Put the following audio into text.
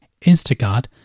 instacart